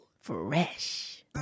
Fresh